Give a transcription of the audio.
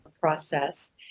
process